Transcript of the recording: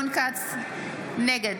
נגד